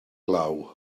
glaw